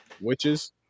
Witches